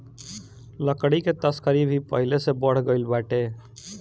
लकड़ी के तस्करी भी पहिले से बढ़ गइल बाटे